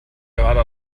gerade